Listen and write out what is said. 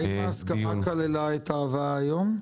האם ההסכמה כללה את ההבאה היום?